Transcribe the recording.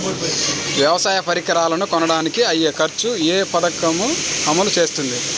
వ్యవసాయ పరికరాలను కొనడానికి అయ్యే ఖర్చు ఏ పదకము అమలు చేస్తుంది?